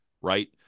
right